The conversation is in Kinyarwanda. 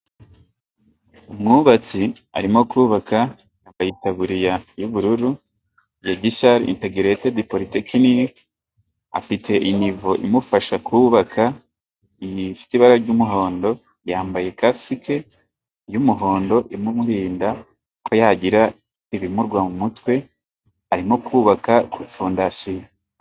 Umwubatsi arimo kubaka yambaye itaburiya y'ubururu ya Gishari integiretedi politekinike, afite inivo imufasha kubaka, ifite ibara ry'umuhondo, yambaye ikasike y'umuhondo imurinda ko yagira ibimugwa mu mutwe arimo kubaka kuri fondasiyo.